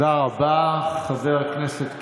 וכאלה שרוצים חלילה להשמיד אותנו.